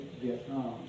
Vietnam